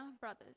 brothers